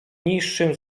niższym